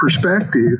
perspective